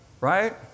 right